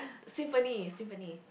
symphony symphony